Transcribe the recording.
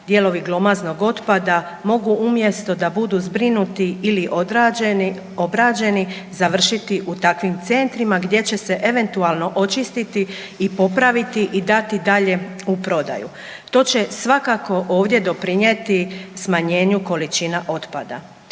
dijelovi glomaznog otpada mogu umjesto da budu zbrinuti ili odrađeni, obrađeni završiti u takvim centrima gdje će se eventualno očistiti i popraviti i dati dalje u prodaju. To će svakako ovdje doprinijeti smanjenju količina otpada.